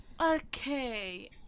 Okay